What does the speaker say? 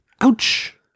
Ouch